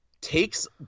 takes